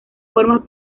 formas